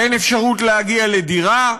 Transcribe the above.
אין אפשרות להגיע לדירה.